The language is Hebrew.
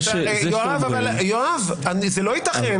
יואב, זה לא ייתכן